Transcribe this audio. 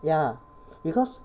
ya because